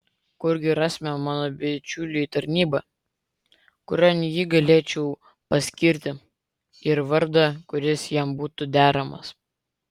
kurgi rasime mano bičiuliui tarnybą kurion jį galėčiau paskirti ir vardą kuris jam būtų deramas